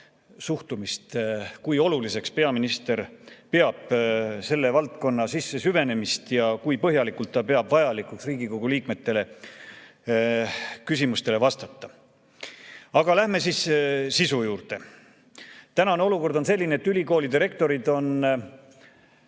suhtumist, kui oluliseks peaminister peab sellesse valdkonda süvenemist ja kui põhjalikult ta peab vajalikuks Riigikogu liikmete küsimustele vastata. Aga läheme sisu juurde. Tänane olukord on selline, et ülikoolide rektorid ei